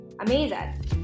Amazing